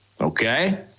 Okay